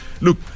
Look